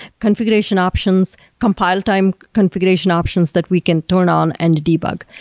configuration options, compile time, configuration options that we can turn on and debug.